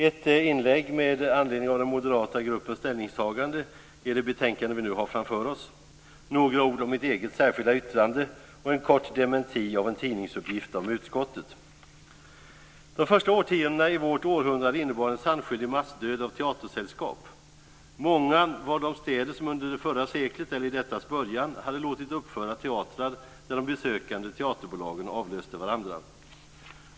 Det är ett inlägg med anledning av den moderata gruppens ställningstagande i det betänkande vi nu har framför oss, några ord om mitt eget särskilda yttrande och en kort dementi av en tidningsuppgift om utskottet. De första årtiondena i vårt århundrade innebar en sannskyldig massdöd av teatersällskap. Många var de städer som under det förra seklet eller i detta sekels början hade låtit uppföra teatrar där de besökande teaterbolagen avlöste varandra.